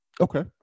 Okay